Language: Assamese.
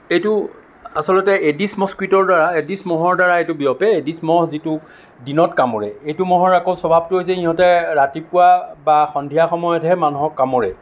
এইটো আচলতে এডিছ মস্কুইটোৰ এডিছ মহৰ দ্বাৰা এইটো বিয়পে এডিছ মহ যিটো দিনত কামোৰে এইটো মহৰ আকৌ স্বভাৱটো হৈছে ইহঁতে ৰাতিপুৱা বা সন্ধিয়া সময়তহে মানুহক কামোৰে